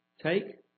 Take